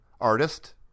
artist